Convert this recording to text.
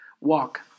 Walk